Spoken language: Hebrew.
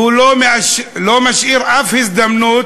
והוא לא משאיר אף הזדמנות